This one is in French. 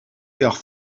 gare